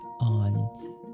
on